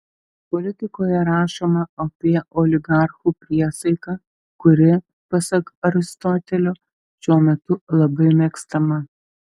politikoje rašoma apie oligarchų priesaiką kuri pasak aristotelio šiuo metu labai mėgstama